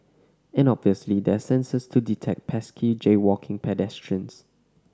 and obviously there are sensors to detect pesky jaywalking pedestrians